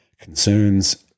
concerns